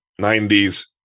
90s